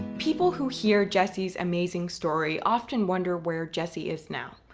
people who hear jesse's amazing story often wonder where jesse is now,